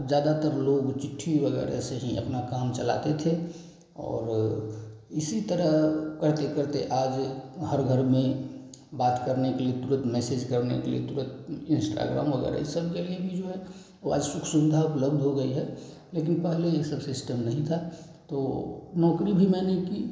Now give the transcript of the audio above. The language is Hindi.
ज़्यादातर लोग चिट्ठी वग़ैरह से ही अपना काम चलाते थे और इसी तरह करते करते आज हर घर में बात करने के लिए तुरन्त मैसेज करने के लिए तुरन्त इन्स्टाग्राम वग़ैरह यह सब के लिए भी जो है वह आज सुख सुविधा उपलब्ध हो गई है लेकिन पहले यह सब सिस्टम नहीं था तो नौकरी भी मैंने की